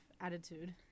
attitude